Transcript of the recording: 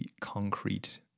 concrete